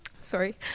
Sorry